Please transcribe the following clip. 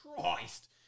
Christ